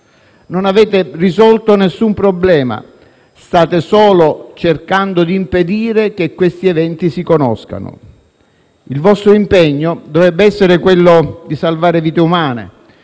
Non avete risolto alcun problema. State solo cercando di impedire che questi eventi si conoscano. Il vostro impegno dovrebbe essere salvare vite umane